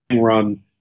run